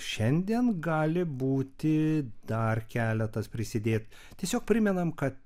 šiandien gali būti dar keletas prisidėt tiesiog primenam kad